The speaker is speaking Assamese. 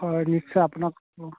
হয় নিশ্চয় আপোনাক